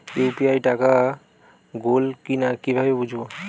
UPI টাকা গোল কিনা কিভাবে বুঝব?